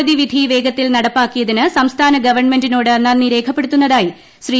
കോടതി വിധി വേഗത്തിൽ നടപ്പാക്കിയതിന് സംസ്ഥാന ഗവൺമെന്റിനോട് നന്ദി രേഖപ്പെടുത്തുന്നതായി ശ്രീ